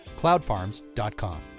Cloudfarms.com